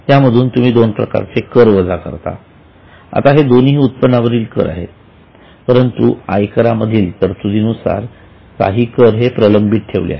त्यामधून तुम्ही दोन प्रकारचे कर वजा करत आहात हे दोन्ही उत्पन्नावरील कर आहेत परंतु आयकरा मधील तरतुदीनुसार काही कर हे प्रलंबित ठेवले आहेत